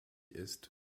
ist